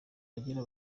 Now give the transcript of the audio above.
bagira